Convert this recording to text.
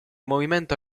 movimento